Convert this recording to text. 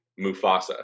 Mufasa